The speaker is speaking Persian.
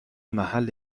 محل